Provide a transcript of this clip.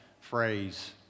phrase